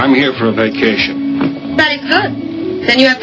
i'm here for a vacation bank and you